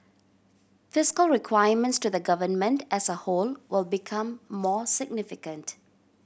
fiscal requirements to the government as a whole will become more significant